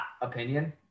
opinion